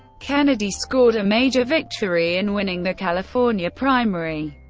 kennedy scored a major victory in winning the california primary.